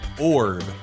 orb